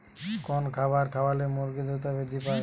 কোন খাবার খাওয়ালে মুরগি দ্রুত বৃদ্ধি পায়?